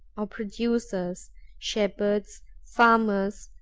or producers shepherds, farmers,